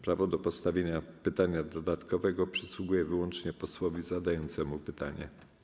Prawo do postawienia pytania dodatkowego przysługuje wyłącznie posłowi zadającemu pytanie.